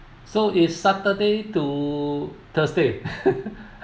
so is saturday to thursday